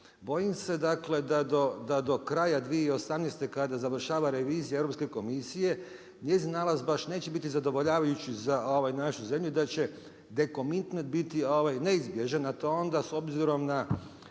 Bojim se dakle da do kraja 2018. kada završava revizija Europske komisije, njezin nalaz baš neće biti zadovoljavajući za našu zemlju i da će …/Govornik se ne razumije./… biti neizbježan a to onda s obzirom na